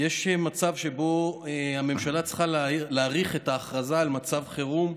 יש מצב שבו הממשלה צריכה להאריך את ההכרזה על מצב חירום,